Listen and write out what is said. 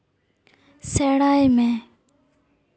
ᱥᱮᱬᱟᱭ ᱢᱮ